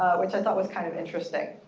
which i thought was kind of interesting.